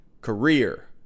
career